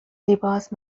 زیباست